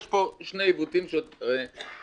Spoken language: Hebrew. יש פה שני עיוותים מרכזיים.